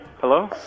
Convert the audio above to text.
hello